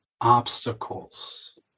obstacles